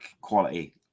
quality